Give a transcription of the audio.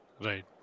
Right